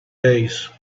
days